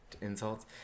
insults